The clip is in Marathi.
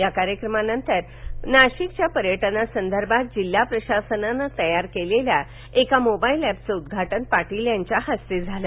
या कार्यक्रमानतर नाशिकच्या पर्यटनासदर्भात जिल्हा प्रशासनानं तयार केलेल्या का मोबाइल एपचं उद्घाटनही पाटील यांच्या हस्ते झालं